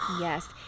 Yes